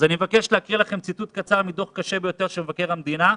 לכן אני מבקש להקריא לכם ציטוט קצר מדוח קשה ביותר של מבקר המדינה,